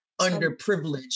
underprivileged